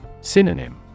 Synonym